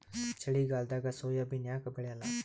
ಚಳಿಗಾಲದಾಗ ಸೋಯಾಬಿನ ಯಾಕ ಬೆಳ್ಯಾಲ?